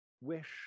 wish